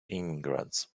immigrants